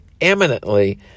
eminently